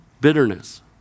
Bitterness